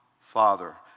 Father